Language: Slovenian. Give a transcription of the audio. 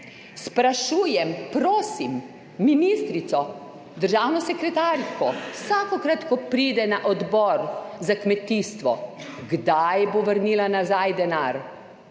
Sprašujem, prosim, ministrico, državno sekretarko, vsakokrat, ko pride na Odbor za kmetijstvo, kdaj bo vrnila nazaj denar,